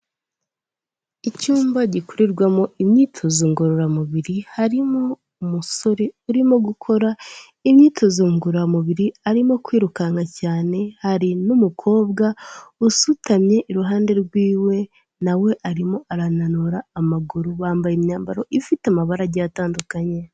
Icyumba gikorerwamo imyitozo ngororamubiri harimo umusore urimo gukora imyitozo ngororamubiri, arimo kwirukanka cyane, hari n'umukobwa usutamye iruhande rwiwe na we arimo arananura amaguru, bambaye imyambaro ifite amabara agiye atandukanye.